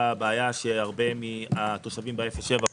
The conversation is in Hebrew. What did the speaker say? הבעיה של הרבה מהתושבים של באפס עד שבעה,